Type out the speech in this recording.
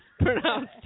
pronounced